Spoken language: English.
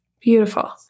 Beautiful